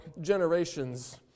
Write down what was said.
generations